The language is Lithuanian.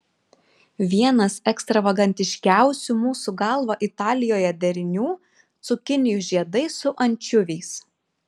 vienas ekstravagantiškiausių mūsų galva italijoje derinių cukinijų žiedai su ančiuviais